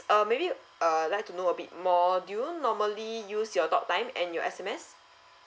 uh maybe err I like to know a bit more do you normally use your talk time and your S_M_S